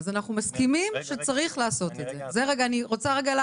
אז אנחנו מסכימים שצריך לעשות את זה.